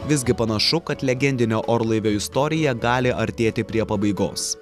visgi panašu kad legendinio orlaivio istorija gali artėti prie pabaigos